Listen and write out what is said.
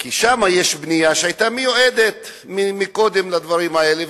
כי שם יש בנייה שהיתה מיועדת קודם לכן לדברים האלה,